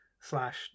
slash